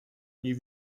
nie